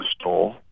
stole